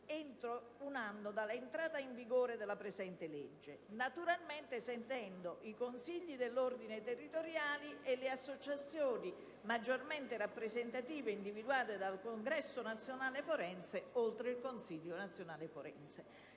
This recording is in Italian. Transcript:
entro un anno dall'entrata in vigore della presente legge, naturalmente sentendo i consigli dell'ordine territoriali e le associazioni maggiormente rappresentative individuate dal Consiglio nazionale forense, oltre che lo stesso Consiglio nazionale forense.